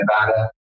Nevada